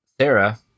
Sarah